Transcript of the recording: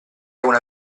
una